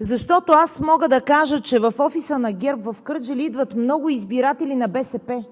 Защото аз мога да кажа, че в офиса на ГЕРБ в Кърджали идват много избиратели на БСП